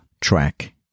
track